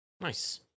nice